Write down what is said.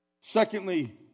Secondly